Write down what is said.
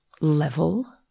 level